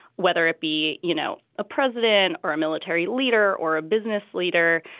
whether it be, you know, a president or a military leader or a business leader,